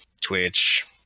Twitch